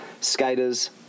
skaters